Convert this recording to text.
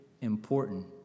important